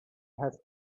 has